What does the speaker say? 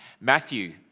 Matthew